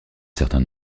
certain